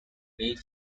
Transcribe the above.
made